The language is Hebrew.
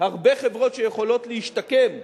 הרבה חברות שיכולות להשתקם,